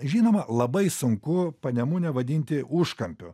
žinoma labai sunku panemunę vadinti užkampiu